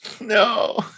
No